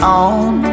on